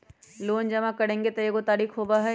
Loan जमा करेंगे एगो तारीक होबहई?